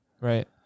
right